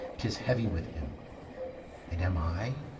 tis heavy with him and am i,